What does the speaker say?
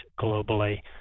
globally